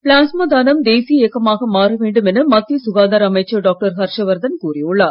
plasma தானம் தேசிய இயக்கமாக மாற வேண்டும் என மத்திய சுகாதார அமைச்சர் டாக்டர் ஹர்ஷவர்தன் கூறியுள்ளார்